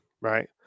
Right